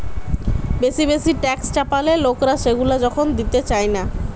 বেশি বেশি ট্যাক্স চাপালে লোকরা সেগুলা যখন দিতে চায়না